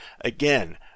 Again